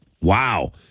Wow